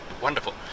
wonderful